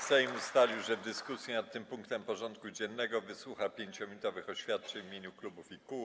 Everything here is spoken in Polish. Sejm ustalił, że w dyskusji nad tym punktem porządku dziennego wysłucha 5-minutowych oświadczeń w imieniu klubów i kół.